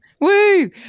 Woo